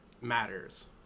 matters